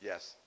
Yes